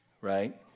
right